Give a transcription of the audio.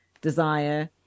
desire